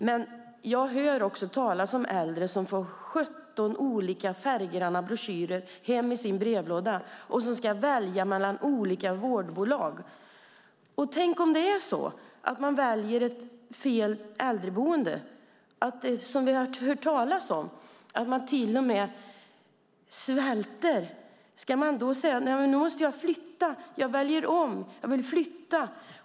Men jag hör också talas om äldre som får 17 olika färggranna broschyrer hem i sin brevlåda och ska välja mellan olika vårdbolag. Tänk om man väljer fel äldreboende! Som vi har hört talas om finns till och med de som svälter. Ska man då behöva välja om och flytta?